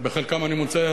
שבחלקם אני מוצא,